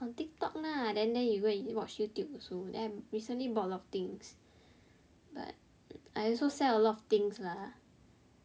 from Tiktok lah then then you go and watch Youtube also then I recently bought a lot of things but I also sell a lot of things lah